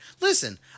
Listen